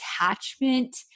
attachment